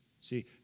See